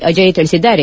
ಅಜಯ್ ತಿಳಿಸಿದ್ದಾರೆ